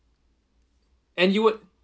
and you would